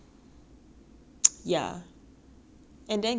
and then good genes I need to take my mom and my grandmother